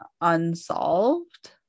unsolved